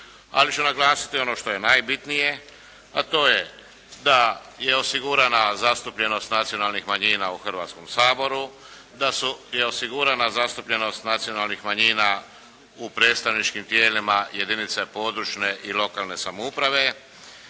Ali ću naglasiti ono što je najbitnije, a to je da je osigurana zastupljenost nacionalnih manjina u Hrvatskom saboru, da su i osigurana zastupljenost nacionalnih manjina u predstavničkim tijelima jedinica područne i lokalne samouprave,